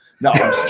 No